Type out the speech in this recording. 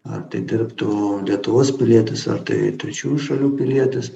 ar dirbtų lietuvos pilietis ar tai trečiųjų šalių pilietis